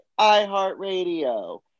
iHeartRadio